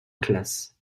classe